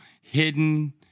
hidden